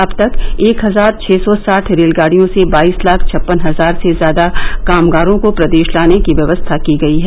अब तक एक हजार छः सौ साठ रेलगाडियों से बाईस लाख छप्पन हजार से ज्यादा कामगारों को प्रदेश लाने की व्यवस्था की गई है